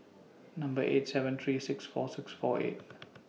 Number eight seven three six four six four eight